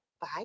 Bye